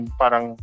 parang